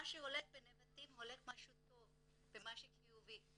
מה שהולך בנבטים, הולך משהו טוב ומשהו חיובי,